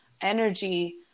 energy